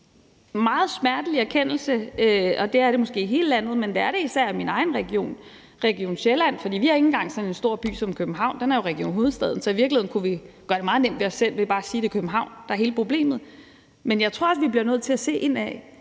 meget smertelig erkendelse, og det er det måske i hele landet, men det er det især i min egen region, Region Sjælland, for vi har ikke engang sådan en stor by som København; den er jo i Region Hovedstaden. Så i virkeligheden kunne vi gøre det meget nemt for os selv ved bare at sige, at det er København, der er hele problemet. Men jeg tror også, vi bliver nødt til at se indad